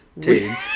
team